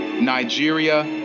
Nigeria